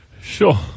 Sure